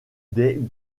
des